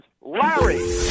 Larry